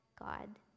God